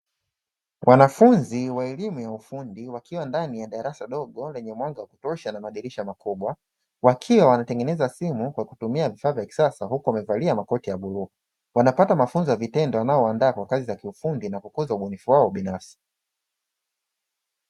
Wanafunzi wa elimu ya ufundi wakiwa ndani ya darasa dogo lenye mwanga wakutosha na madirisha makubwa wakiwa wanatengeneza simu kwa kutumia vifaa vya kisasa huku wamevalia makoti ya bluu, wanapata mafunzo ya vitendo yanayowaandaa kwa kazi za kiufundi na kukuza ubunifu wao binafsi.